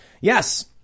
Yes